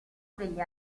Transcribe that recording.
degli